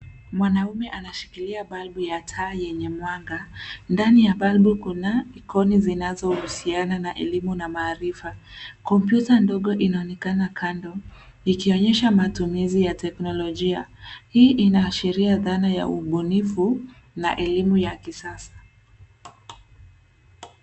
Mwanaume anashikilia balbu ya taa yenye mwanga. Ndani ya balbu kuna ikoni zinahusiana na elimu na maarifa. Kompyuta ndogo inaonekana kando, ikionyesha matumizi ya teknolojia. Hii inaashiria thana ya ubunifu na elimu ya kisasa.